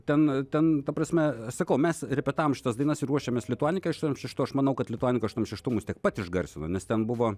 ten ten ta prasme aš sakau mes repetavom šitas dainas ir ruošėmės lituanikai aštuoniasdešimt šeštų aš manau kad lituanika aštuoniasdešimt šeštų mus tiek pat išgarsino nes ten buvo